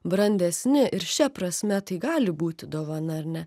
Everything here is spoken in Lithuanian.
brandesni ir šia prasme tai gali būti dovana ar ne